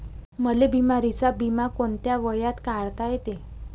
मले बिमारीचा बिमा कोंत्या वयात काढता येते?